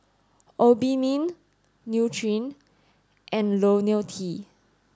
Obimin Nutren and Lonil T